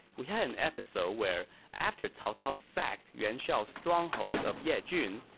we had an episode where after cao cao sacked yuan shao's stronghold of yejun,